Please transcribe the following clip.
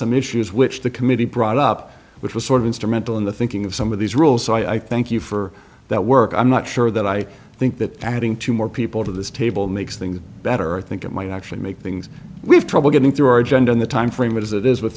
some issues which the committee brought up which was sort of instrumental in the thinking of some of these rules so i thank you for that work i'm not sure that i think that adding two more people to the table makes things better i think it might actually make things we have trouble getting through our agenda in the timeframe it is it is with